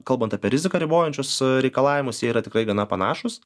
kalbant apie riziką ribojančius reikalavimus jie yra tikrai gana panašūs